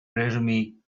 resume